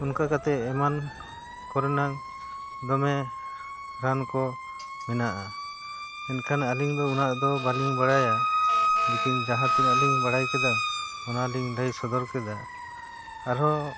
ᱚᱱᱠᱟ ᱠᱟᱛᱮᱜ ᱮᱢᱟᱱ ᱠᱚᱨᱮᱱᱟᱝ ᱫᱚᱢᱮ ᱨᱟᱱ ᱠᱚ ᱢᱮᱱᱟᱜᱼᱟ ᱮᱱᱠᱷᱟᱱ ᱟᱹᱞᱤᱧ ᱫᱚ ᱩᱱᱟᱹᱜ ᱫᱚ ᱵᱟᱹᱞᱤᱧ ᱵᱟᱲᱟᱭᱟ ᱞᱤᱠᱤᱱ ᱡᱟᱦᱟᱸ ᱛᱤᱱᱟᱹᱜ ᱞᱤᱧ ᱵᱟᱲᱟᱭ ᱠᱮᱫᱟ ᱚᱱᱟᱞᱤᱧ ᱞᱟᱹᱭ ᱥᱚᱫᱚᱨ ᱠᱮᱫᱟ ᱟᱨᱦᱚᱸ